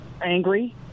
angry